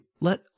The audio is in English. let